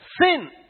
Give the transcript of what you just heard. sin